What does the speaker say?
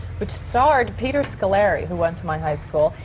which starred peter scolari, who went to my high school,